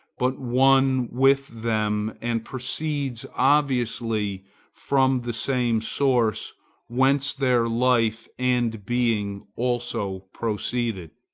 but one with them and proceeds obviously from the same source whence their life and being also proceed.